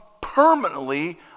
permanently